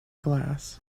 glass